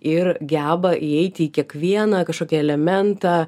ir geba įeiti į kiekvieną kažkokį elementą